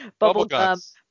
Bubblegum